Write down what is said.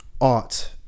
art